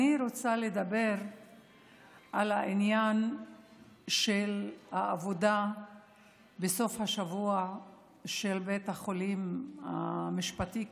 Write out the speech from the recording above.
אני רוצה לדבר על העניין של העבודה בסוף השבוע של בית החולים המשפטי,